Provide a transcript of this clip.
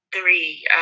three